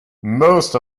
most